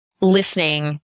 listening